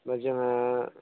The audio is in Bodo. दा जोंहा